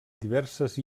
diverses